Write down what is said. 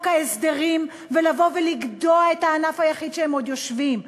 ההסדרים ולבוא ולגדוע את הענף היחיד שהם עוד יושבים עליו.